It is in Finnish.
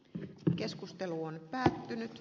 rkp keskustelu on päättynyt